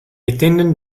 attendant